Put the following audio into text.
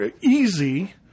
easy